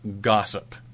gossip